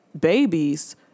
babies